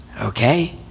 Okay